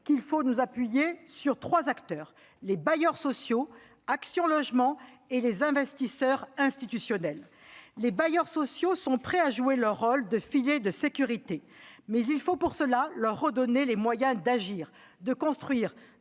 qu'il faut nous appuyer sur trois acteurs : les bailleurs sociaux, Action Logement et les investisseurs institutionnels. Les bailleurs sociaux sont prêts à jouer leur rôle de filets de sécurité, mais nous devons pour cela leur redonner les moyens d'agir, de construire,